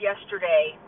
yesterday